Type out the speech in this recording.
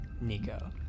Nico